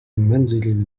المنزل